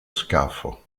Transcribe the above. scafo